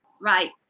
Right